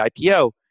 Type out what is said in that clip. IPO